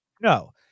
No